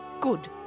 Good